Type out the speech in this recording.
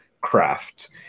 craft